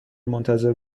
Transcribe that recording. منتظر